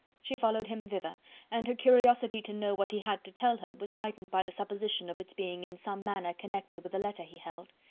she followed him thither and her curiosity to know what he had to tell her was heightened by the supposition of its being in some manner connected with the letter he held.